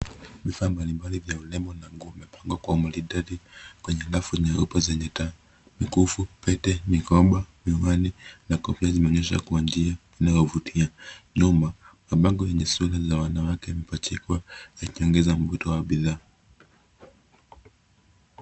Vifaa mbalimbali vya urembo na nguo vimepangwa kwa umaridadi kwenye rafu nyeupe zenye taa. Mikufu, pete mikopa, miwani na kofia zimeonyeshwa kwa njia inayovutia. Nyuma, mabango yenye sura za wanawake yamepajikwa yakiongeza mvuto wa bidhaa.